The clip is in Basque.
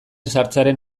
sartzearen